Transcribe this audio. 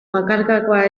bakarkakoa